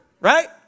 Right